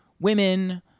women